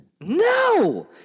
No